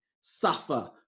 suffer